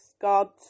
God's